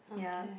ya